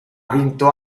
vinto